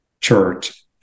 Church